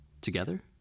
together